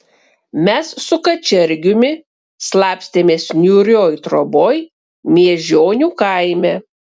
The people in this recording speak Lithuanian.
mes su kačergiumi slapstėmės niūrioj troboj miežionių kaime